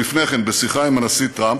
ולפני כן בשיחה עם הנשיא טראמפ.